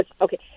Okay